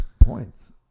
points